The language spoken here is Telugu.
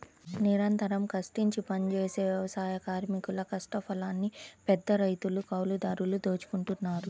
నిరంతరం కష్టించి పనిజేసే వ్యవసాయ కార్మికుల కష్టఫలాన్ని పెద్దరైతులు, కౌలుదారులు దోచుకుంటన్నారు